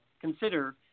consider